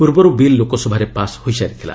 ପୂର୍ବରୁ ବିଲ୍ ଲୋକସଭାରେ ପାସ୍ ହୋଇସାରିଥିଲା